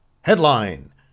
Headline